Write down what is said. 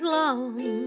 long